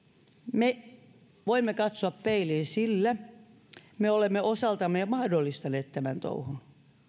voimme katsoa peiliin sillä me olemme osaltamme mahdollistaneet tämän touhun